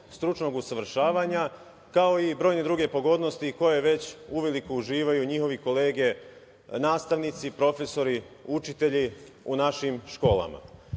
stručnog usavršavanja, kao i brojne druge pogodnosti koje već uveliko uživaju njihove kolege nastavnici, profesori, učitelji u našim školama. Mi